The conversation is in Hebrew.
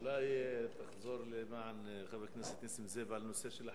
אולי תחזור למען חבר הכנסת נסים זאב על הנושא של,